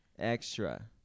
Extra